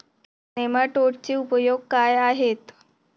नेमाटोडचे उपयोग काय आहेत?